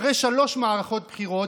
אחרי שלוש מערכות בחירות,